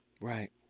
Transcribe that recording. Right